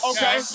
Okay